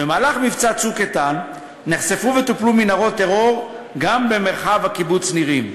במהלך מבצע "צוק איתן" נחשפו וטופלו מנהרות טרור גם במרחב קיבוץ נירים.